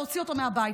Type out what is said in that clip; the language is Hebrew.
להוציא אותו מהבית.